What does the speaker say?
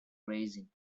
racing